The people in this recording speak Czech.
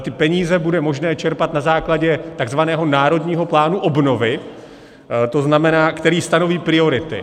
Ty peníze bude možné čerpat na základě takzvaného národního plánu obnovy, který stanoví priority.